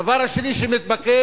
הדבר השני שמתבקש,